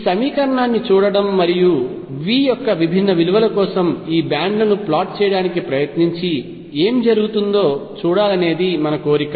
ఈ సమీకరణాన్ని చూడటం మరియు V యొక్క విభిన్న విలువల కోసం ఈ బ్యాండ్ లను ప్లాట్ చేయడానికి ప్రయత్నించి ఏమి జరుగుతుందో చూడాలనేది మన కోరిక